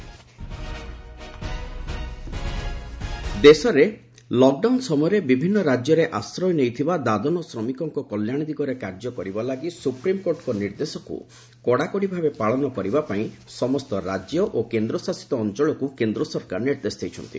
supreme court ଦାଦନ ଶ୍ରମିକ ଦେଶରେ ଲକ୍ଡାଉନ ସମୟରେ ବିଭିନ୍ ରାଜ୍ୟରେ ଆଶ୍ରୟ ନେଇଥିବା ଦାଦନ ଶ୍ରମିକଙ୍କ କଲ୍ୟାଣ ଦିଗରେ କାର୍ଯ୍ୟ କରିବା ଲାଗି ସୁପ୍ରିମ୍କୋର୍ଟଙ୍କ ନିର୍ଦ୍ଦେଶକୁ କଡ଼ାକଡ଼ି ଭାବେ ପାଳନ କରିବା ପାଇଁ ସମସ୍ତ ରାଜ୍ୟ ଓ କେନ୍ଦ୍ରଶାସିତ ଅଞ୍ଚଳକ୍ତ କେନ୍ଦ ସରକାର ନିର୍ଦ୍ଦେଶ ଦେଇଛନ୍ତି